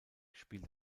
spielt